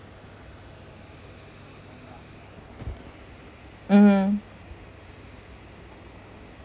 mmhmm